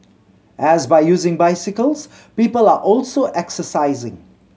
and by using bicycles people are also exercising